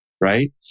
Right